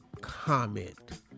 comment